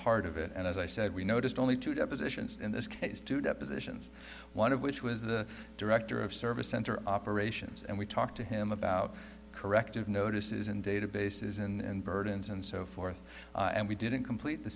heart of it and as i said we noticed only two depositions in this case two depositions one of which was the director of service center operations and we talked to him about corrective notices in databases and burdens and so forth and we didn't complete the